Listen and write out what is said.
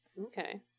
Okay